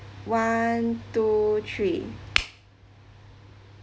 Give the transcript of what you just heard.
one two three